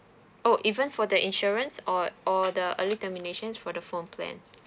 oh even for the insurance or or the early termination for the phone plan